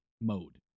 mode